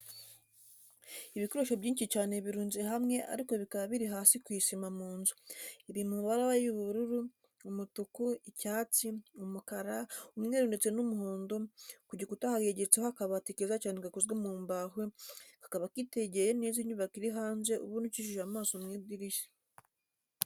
Ibikoresho byinshi cyane birunze hamwe ariko bikaba biri hasi ku isima mu nzu, biri mu mbara y'ubururu, umutuku, icyatsi, umukara, umweru ndetse n'umuhondo, ku gituka hegetseho akabati keza cyane gakozwe mu mbaho, kakaba kitegeye neza inyubako iri hanze ubona ucishije amaso mu idirishya.